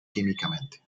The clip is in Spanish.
químicamente